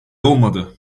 olmadı